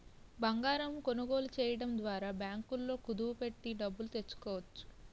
బంగారం కొనుగోలు చేయడం ద్వారా బ్యాంకుల్లో కుదువ పెట్టి డబ్బులు తెచ్చుకోవచ్చు